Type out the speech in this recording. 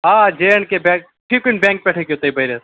آ J and K bank bank پٮ۪ٹھ ہٮ۪کِو تُہۍ بٔرِتھ